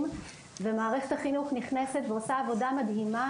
ומערכת החינוך נכנסת ועושה עבודה מדהימה,